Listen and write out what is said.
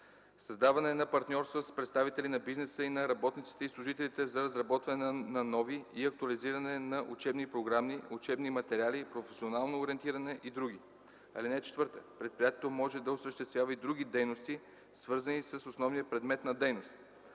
създаване на партньорства с представители на бизнеса и на работниците и служителите за разработване на нови и актуализиране на учебни програми, учебни материали, професионално ориентиране и др. (4) Предприятието може да осъществява и други дейности, свързани с основния предмет на дейност.